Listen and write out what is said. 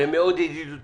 והן מאוד ידידותיות,